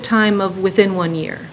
time of within one year